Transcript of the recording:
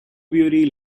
beauty